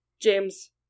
James